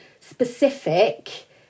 specific